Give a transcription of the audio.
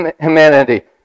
humanity